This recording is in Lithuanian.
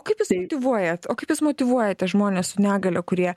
kaip jūs motyvuojat o kaip jūs motyvuojate žmones su negalia kurie